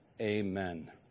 Amen